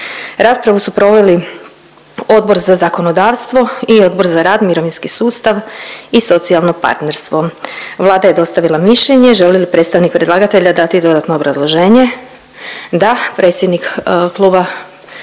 Raspravu su proveli Odbor za zakonodavstvo i Odbor za rad, mirovinski sustav i socijalno partnerstvo. Vlada je dostavila mišljenje. Želi li predstavnik predlagatelja dati dodatno obrazloženje? Da, predsjednik Kluba